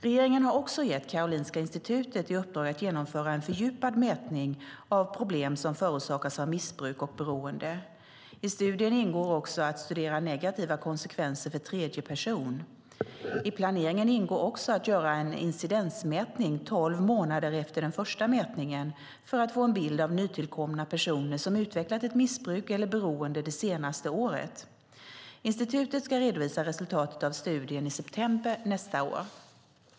Regeringen har också gett Karolinska Institutet i uppdrag att genomföra en fördjupad mätning av problem som förorsakas av missbruk och beroende. I studien ingår också att studera negativa konsekvenser för tredje person. I planeringen ingår också att göra en incidensmätning tolv månader efter den första mätningen för att få en bild av nytillkomna personer som utvecklat ett missbruk eller beroende det senaste året. Institutet ska redovisa resultatet av studien i september nästa år.